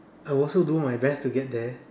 I'll also do my best to get there